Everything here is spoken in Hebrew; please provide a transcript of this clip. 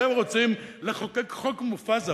אתם רוצים לחוקק חוק מופז הפוך?